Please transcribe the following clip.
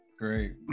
Great